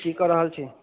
की कऽ रहल छी